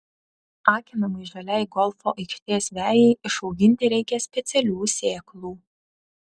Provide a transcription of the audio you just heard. akinamai žaliai golfo aikštės vejai išauginti reikia specialių sėklų